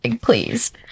please